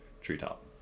treetop